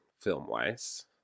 film-wise